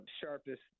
sharpest